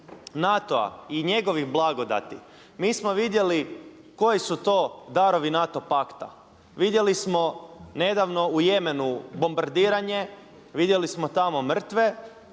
NATO-a i njegovih blagodati mi smo vidjeli koji su to darovi NATO pakta. Vidjeli smo nedavno u Jemenu bombardiranje, vidjeli smo tamo mrtve